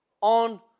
on